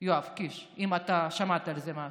יואב קיש, אם אתה שמעת על זה משהו.